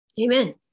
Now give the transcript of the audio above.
Amen